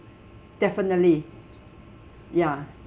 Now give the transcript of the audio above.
definitely ya